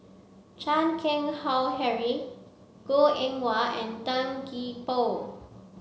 Chan Keng Howe Harry Goh Eng Wah and Tan Gee Paw